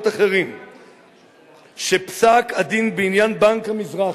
אחרים שפסק-הדין בעניין בנק המזרחי"